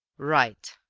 right,